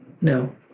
No